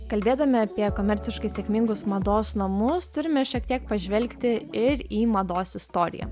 kalbėdami apie komerciškai sėkmingus mados namus turime šiek tiek pažvelgti ir į mados istoriją